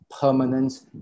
permanent